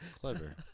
Clever